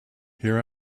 here